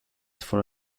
for